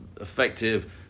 effective